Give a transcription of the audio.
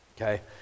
okay